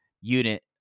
unit